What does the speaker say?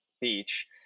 beach